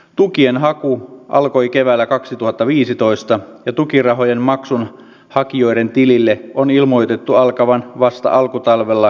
tukien hakuun alkoi keväällä kaksituhattaviisitoista ja tukirahojen maksun hakijoiden tilille on ilmoitettu alkavan vasta alkutalvella